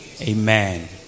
Amen